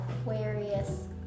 Aquarius